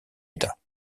état